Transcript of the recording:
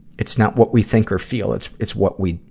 it's not what we think or feel it's it's what we,